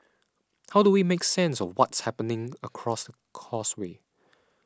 how do we make sense of what's happening across causeway